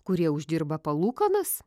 kurie uždirba palūkanas